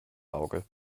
auge